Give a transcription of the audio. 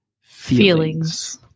feelings